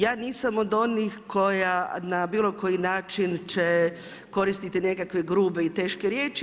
Ja nisam od onih koja na bilo koji način će koristiti nekakve grube i teške riječi.